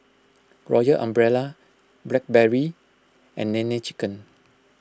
Royal Umbrella Blackberry and Nene Chicken